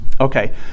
Okay